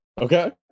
okay